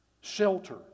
Shelter